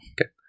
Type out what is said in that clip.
okay